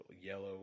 Yellow